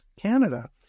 Canada